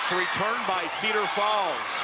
returned by cedar falls.